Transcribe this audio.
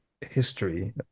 history